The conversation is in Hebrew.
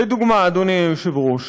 לדוגמה, אדוני היושב-ראש,